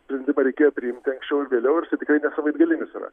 sprendimą reikėjo priimti anksčiau ar vėliau ir jisai tikrai ne savaitgalinis yra